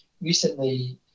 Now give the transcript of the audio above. recently